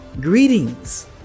greetings